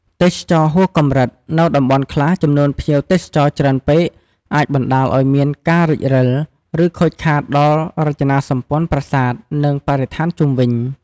ទេសចរណ៍ហួសកម្រិត នៅតំបន់ខ្លះ ចំនួនភ្ញៀវទេសចរច្រើនពេកអាចបណ្ដាលឱ្យមានការរេចរឹល ឬខូចខាតដល់រចនាសម្ព័ន្ធប្រាសាទ និងបរិស្ថានជុំវិញ។